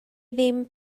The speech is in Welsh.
ddim